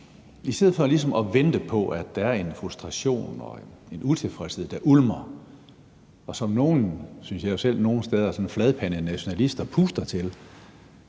i stedet for ligesom at vente på, at der er en frustration og utilfredshed, der ulmer, og som sådan fladpandede nationalister puster til,